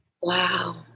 Wow